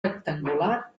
rectangular